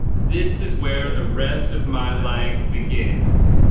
this is where the rest of my life begins.